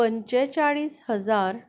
पंचेचाळीस हजार